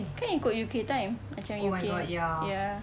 kan ikut U_K time macam U_K ya